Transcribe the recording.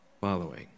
following